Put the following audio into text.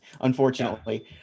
unfortunately